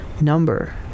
number